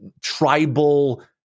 tribal